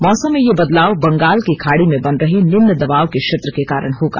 मौसम में ये बदलाव बंगाल की खाड़ी में बन रहे निम्न दबाव के क्षेत्र के कारण होगा